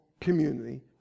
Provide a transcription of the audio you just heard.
community